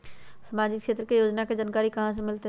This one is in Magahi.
सामाजिक क्षेत्र के योजना के जानकारी कहाँ से मिलतै?